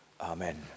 amen